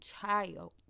child